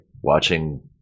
watching